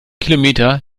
kilometer